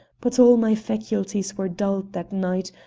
but all my faculties were dulled that night,